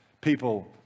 People